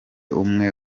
umwe